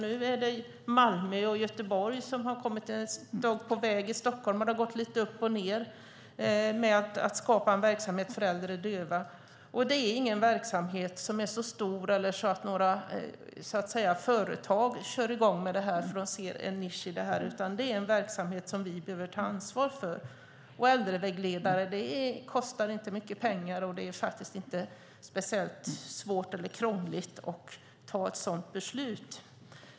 Nu har Malmö och Göteborg kommit ett steg på väg. I Stockholm har det gått lite upp och ned med att skapa en verksamhet för äldre döva. Det är ingen verksamhet som är så stor att några företag skulle kunna se en nisch i detta, utan det är en verksamhet som vi behöver ta ansvar för. Äldrevägledare kostar inte mycket pengar, och det är inte särskilt svårt eller krångligt att ta ett sådant beslut.